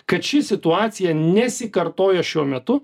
kad ši situacija nesikartoja šiuo metu